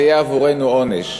זה יהיה עבורנו עונש.